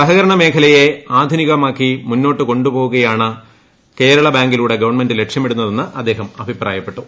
സഹകരണ മേഖലയെ ആധുനികമാക്കി മുന്നോട്ടു കൊണ്ടുപോവുകയാണ് കേരള ബാങ്ക്ട്രീലൂടെ ഗവൺമെന്റ് ലക്ഷ്യമിടുന്നതെന്ന് അദ്ദേഹം അഭീപ്പ്രായ്പ്പെട്ടു